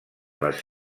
les